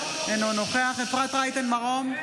אינו נוכח אפרת רייטן מרום,